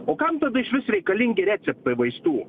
o kam tada išvis reikalingi receptai vaistų